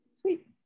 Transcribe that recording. Sweet